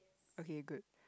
okay good